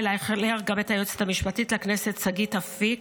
אייכלר גם את היועצת המשפטית לכנסת שגית אפיק,